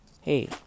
Hey